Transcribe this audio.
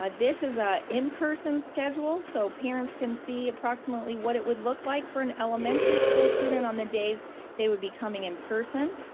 ah this is a in-person schedule. so parents can see approximately what it would look like for an elementary school student on the days they would be coming in-person.